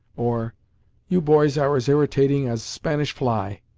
or you boys are as irritating as spanish fly!